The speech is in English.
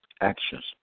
actions